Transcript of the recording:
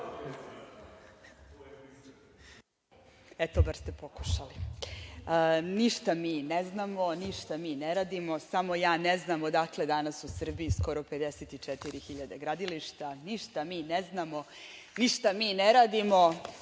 **Katarina Rakić** Ništa mi ne znamo, ništa mi ne radimo, samo ja ne znam odakle danas u Srbiji skoro 54 hiljade gradilišta. Ništa mi ne znamo, ništa mi ne radimo,